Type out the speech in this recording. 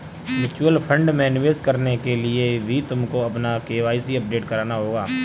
mutual fund में निवेश करने के लिए भी तुमको अपना के.वाई.सी अपडेट कराना होगा